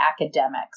academics